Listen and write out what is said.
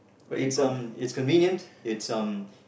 it's um it's convenient it's um